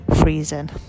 Freezing